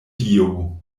dio